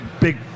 big